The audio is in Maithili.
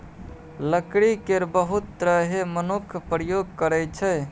लकड़ी केर बहुत तरहें मनुख प्रयोग करै छै